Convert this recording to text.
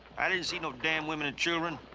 i didn't see no damn women and children.